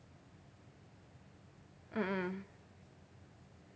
mmhmm